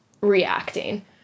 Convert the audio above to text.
reacting